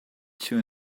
two